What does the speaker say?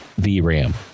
VRAM